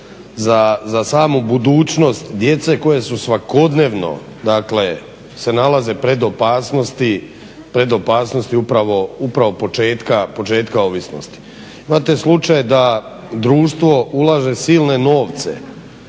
za samu budućnost djece koje su svakodnevno dakle se nalaze pred opasnosti upravo početka ovisnosti. Imate slučaj da društvo ulaže silne novce